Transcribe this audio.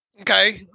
Okay